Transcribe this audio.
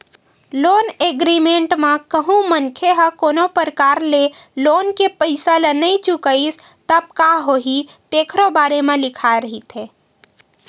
loan agreement म कहूँ मनखे ह कोनो परकार ले लोन के पइसा ल नइ चुकाइस तब का होही तेखरो बारे म लिखाए रहिथे